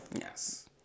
Yes